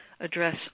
address